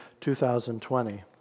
2020